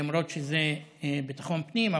למרות שזה ביטחון פנים,